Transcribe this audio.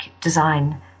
design